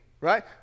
right